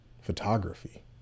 photography